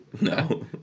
No